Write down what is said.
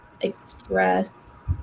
express